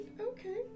Okay